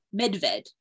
medved